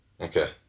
okay